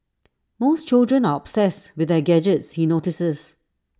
most children are obsessed with their gadgets he notices